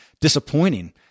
disappointing